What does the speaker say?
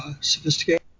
sophisticated